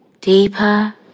deeper